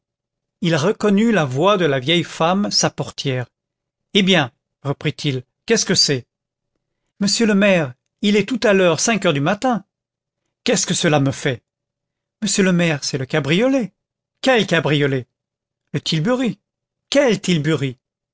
il reconnut la voix de la vieille femme sa portière eh bien reprit-il qu'est-ce que c'est monsieur le maire il est tout à l'heure cinq heures du matin qu'est-ce que cela me fait monsieur le maire c'est le cabriolet quel cabriolet le tilbury quel tilbury